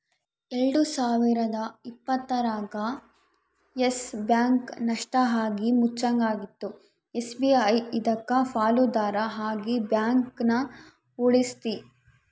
ಎಲ್ಡು ಸಾವಿರದ ಇಪ್ಪತ್ತರಾಗ ಯಸ್ ಬ್ಯಾಂಕ್ ನಷ್ಟ ಆಗಿ ಮುಚ್ಚಂಗಾಗಿತ್ತು ಎಸ್.ಬಿ.ಐ ಇದಕ್ಕ ಪಾಲುದಾರ ಆಗಿ ಬ್ಯಾಂಕನ ಉಳಿಸ್ತಿ